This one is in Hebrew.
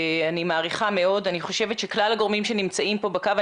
אני חושבת שכלל הגורמים שנמצאים פה בקו,